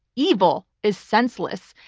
evil is senseless,